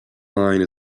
line